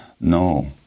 No